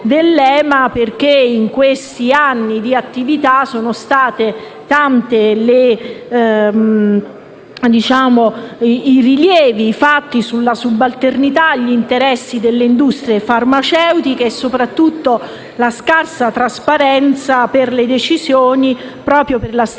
perché nei suoi anni di attività sono stati tanti i rilievi fatti sulla subalternità agli interessi delle industrie farmaceutiche e soprattutto sulla scarsa trasparenza delle decisioni, proprio per la stretta